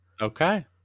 Okay